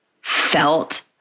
felt